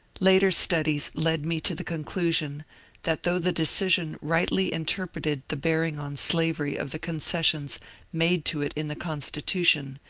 later studies led me to the conclusion that though the decision rightly interpreted the bearing on slavery of the concessions made to it in the constitution,